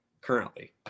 currently